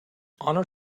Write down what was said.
honour